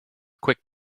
quick